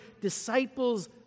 Disciples